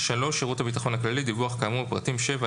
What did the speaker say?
שירות הביטחון הכללי דיווח כאמור בפרטים (7),